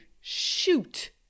shoot